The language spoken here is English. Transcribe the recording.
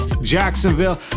Jacksonville